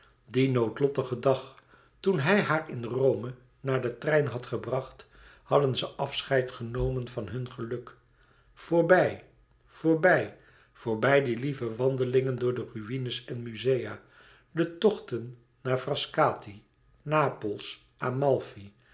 dien noodlottigen dag toen hij haar in rome naar den trein had gebracht hadden ze afscheid genomen van hun geluk voorbij voorbij voorbij de lieve wandelingen door ruïnes en muzea de tochten naar frascati napels amalfi